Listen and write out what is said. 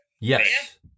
Yes